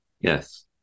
yes